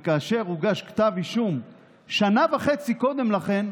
וכאשר הוגש כתב אישום שנה וחצי קודם לכן,